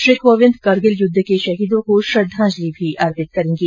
श्री कोविंद करगिल युद्ध के शहीदों को श्रद्धांजलि भी अर्पित करेंगे